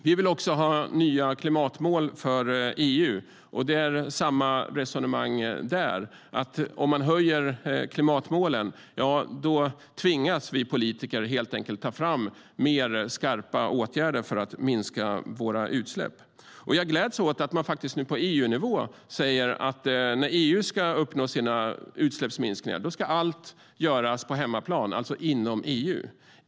Vi vill också ha nya klimatmål för EU. Det är samma resonemang där: Om man höjer klimatmålen tvingas vi politiker att ta fram fler skarpa åtgärder för att minska våra utsläpp. Jag gläds åt att man nu på EU-nivå säger att när EU ska uppnå sina utsläppsminskningar ska allt göras på hemmaplan, alltså inom EU.